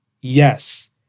Yes